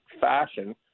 fashion